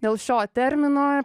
dėl šio termino